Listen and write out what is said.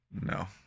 No